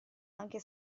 anche